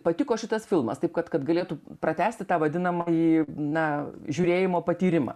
patiko šitas filmas taip kad kad galėtų pratęsti tą vadinamąjį na žiūrėjimo patyrimą